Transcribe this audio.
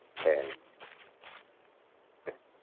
சரிங்க சேர்